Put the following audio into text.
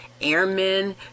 airmen